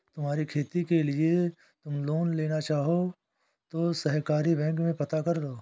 तुम्हारी खेती के लिए तुम लोन लेना चाहो तो सहकारी बैंक में पता करलो